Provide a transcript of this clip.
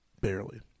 Barely